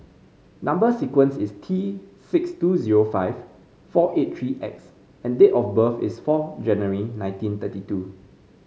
number sequence is T six two zero five four eight three X and date of birth is four January nineteen thirty two